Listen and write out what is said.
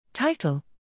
Title